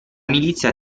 milizia